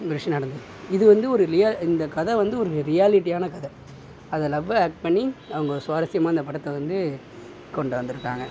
இது வந்து ஒரு ரியல் இந்த கதை வந்து ஒரு ரியாலிட்டியான கதை அதை லவ்வை ஆட் பண்ணி அவங்க சுவாரசியமாக இந்த படத்தை வந்து கொண்டாந்திருக்காங்க